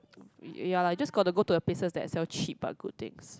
ya ya lah you just got to go to the places that sell cheap but good things